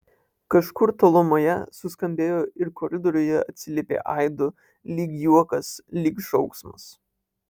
kažkur tolumoje suskambėjo ir koridoriuje atsiliepė aidu lyg juokas lyg šauksmas